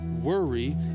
worry